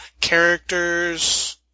characters